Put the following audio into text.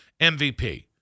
MVP